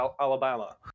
Alabama